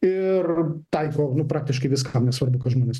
ir taiko nu praktiškai viskam nesvarbu ką žmonės